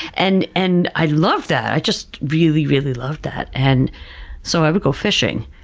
and and i loved that. i just really, really loved that. and so, i would go fishing,